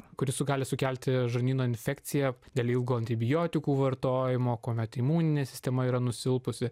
kuris su gali sukelti žarnyno infekciją dėl ilgo antibiotikų vartojimo kuomet imuninė sistema yra nusilpusi